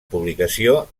publicació